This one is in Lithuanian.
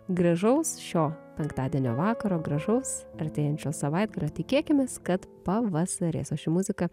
gražaus šio penktadienio vakaro gražaus artėjančio savaitgalio tikėkimės kad pavasarės o ši muzika